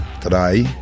Today